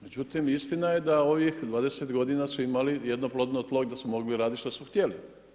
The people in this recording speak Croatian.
Međutim istina je da ovih 20 godina su imali jedno plodno tlo gdje su mogli raditi što su htjeli.